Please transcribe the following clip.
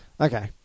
Okay